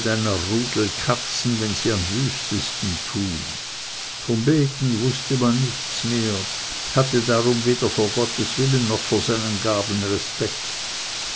rudel katzen wenn sie am wüstesten tun von beten wußte man nichts mehr hatte darum weder vor gottes willen noch vor seinen gaben respekt